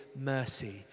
mercy